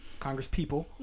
congresspeople